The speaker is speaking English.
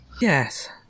Yes